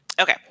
Okay